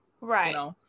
Right